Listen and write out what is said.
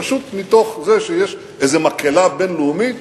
פשוט מתוך זה שיש איזה מקהלה בין-לאומית,